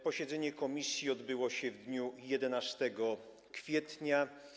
Posiedzenie komisji odbyło się w dniu 11 kwietnia.